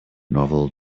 novel